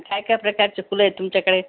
काय काय प्रकारचे फुलं आहे तुमच्याकडे